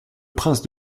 prince